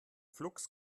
flux